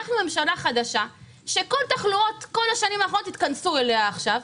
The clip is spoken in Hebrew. אנחנו ממשלה חדשה שכל תחלואות כל השנים האחרונות התכנסו אליה עכשיו,